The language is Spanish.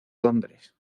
londres